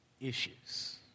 issues